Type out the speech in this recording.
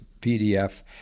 PDF